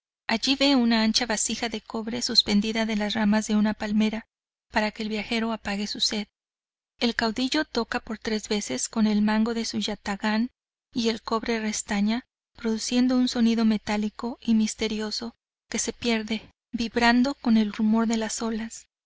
allí ve una ancha vasija de cobre suspendida de las ramas de una palmera para que el viajero apague sus sed el caudillo toca por tres veces con el mango de su yathagán y el cobre restaña produciendo un sonido metálico y misterioso que se pierde vibrando con el rumor de las olas